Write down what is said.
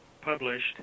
published